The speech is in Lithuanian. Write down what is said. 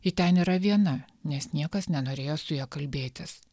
ji ten yra viena nes niekas nenorėjo su ja kalbėtis